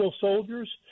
soldiers